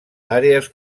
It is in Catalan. àrees